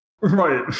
Right